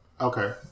Okay